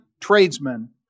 tradesmen